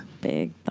Big